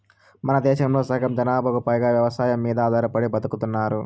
మనదేశంలో సగం జనాభాకు పైగా వ్యవసాయం మీద ఆధారపడి బతుకుతున్నారు